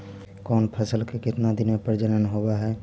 कौन फैसल के कितना दिन मे परजनन होब हय?